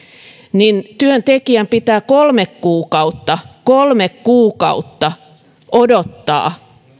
niin työntekijän pitää kolme kuukautta kolme kuukautta odottaa